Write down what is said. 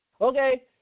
Okay